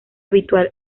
habitual